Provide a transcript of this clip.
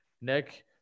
Nick